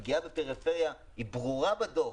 הפגיעה בפריפריה היא ברורה בדוח,